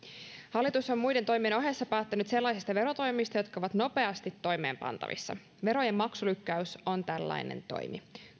on muiden toimien ohessa päättänyt sellaisista verotoimista jotka ovat nopeasti toimeenpantavissa verojen maksulykkäys on tällainen toimi